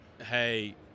Hey